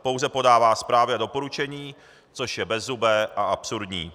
Pouze podává zprávy a doporučení, což je bezzubé a absurdní.